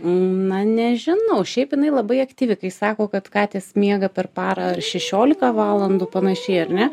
na nežinau šiaip jinai labai aktyvi kai sako kad katės miega per parą šešiolika valandų panašiai ar ne